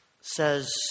says